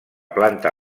planta